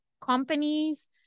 companies